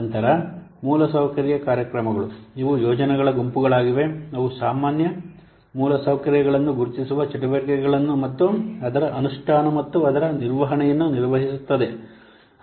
ನಂತರ ಮೂಲಸೌಕರ್ಯ ಕಾರ್ಯಕ್ರಮಗಳು ಇವು ಯೋಜನೆಗಳ ಗುಂಪುಗಳಾಗಿವೆ ಅವು ಕೆಲವು ಸಾಮಾನ್ಯ ಮೂಲಸೌಕರ್ಯಗಳನ್ನು ಗುರುತಿಸುವ ಚಟುವಟಿಕೆಗಳನ್ನು ಮತ್ತು ಅದರ ಅನುಷ್ಠಾನ ಮತ್ತು ಅದರ ನಿರ್ವಹಣೆಯನ್ನು ನಿರ್ವಹಿಸುತ್ತಿವೆ